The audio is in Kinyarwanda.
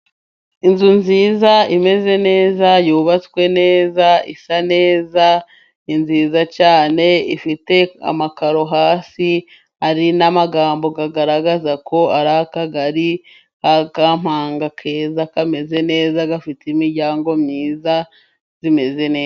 Inzu nziza imeze neza, yubatswe neza. Isa neza ni nziza cyane. Ifite amakaro hasi. Hari amagambo agaragaza ko ari akagari ka Kampanga ,keza kameze neza. Gafite imiryango myiza ,imeze neza.